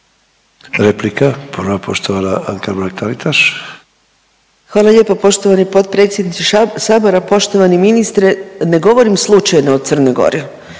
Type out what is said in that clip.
**Mrak-Taritaš, Anka (GLAS)** Hvala lijepo poštovani potpredsjedniče Sabora, poštovani ministre. Ne govorim slučajno o Crnoj Gori.